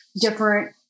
different